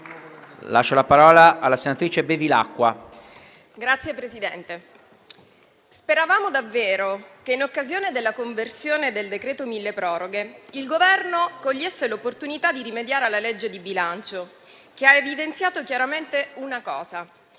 speravamo davvero che, in occasione della conversione del decreto-legge milleproroghe, il Governo cogliesse l'opportunità di rimediare alla legge di bilancio, che ha evidenziato chiaramente la totale